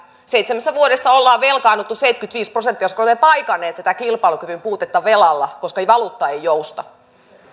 seitsemässä vuodessa on velkaannuttu seitsemänkymmentäviisi prosenttia koska olemme paikanneet tätä kilpailukyvyn puutetta velalla koska valuutta ei jousta